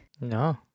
No